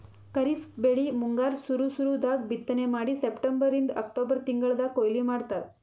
ಖರೀಫ್ ಬೆಳಿ ಮುಂಗಾರ್ ಸುರು ಸುರು ದಾಗ್ ಬಿತ್ತನೆ ಮಾಡಿ ಸೆಪ್ಟೆಂಬರಿಂದ್ ಅಕ್ಟೋಬರ್ ತಿಂಗಳ್ದಾಗ್ ಕೊಯ್ಲಿ ಮಾಡ್ತಾರ್